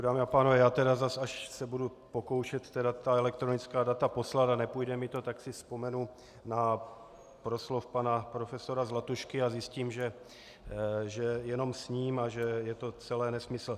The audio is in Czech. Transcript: Dámy a pánové, já tedy až se zas budu pokoušet ta elektronická data poslat a nepůjde mi to, tak si vzpomenu na proslov pana profesora Zlatušky a zjistím, že jenom sním a že je to celé nesmysl.